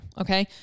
Okay